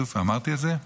אמרתי את זה?